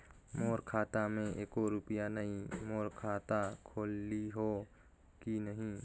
मोर खाता मे एको रुपिया नइ, मोर खाता खोलिहो की नहीं?